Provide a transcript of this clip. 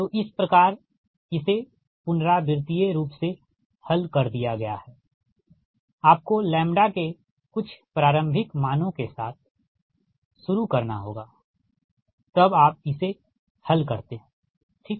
तो इस प्रकारइसे पुनरावृतिय रूप से हल कर दिया गया है आपको के कुछ प्रारंभिक मानों के साथ शुरू करना होगा तब आप इसे हल करते हैंठीक